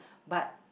but